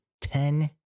Ten